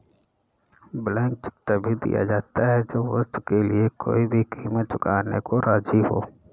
blank cheque तभी दिया जाता है जब वस्तु के लिए कोई भी कीमत चुकाने को राज़ी हो